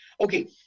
Okay